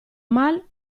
mal